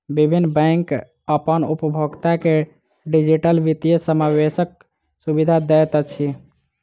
विभिन्न बैंक अपन उपभोगता के डिजिटल वित्तीय समावेशक सुविधा दैत अछि